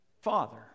Father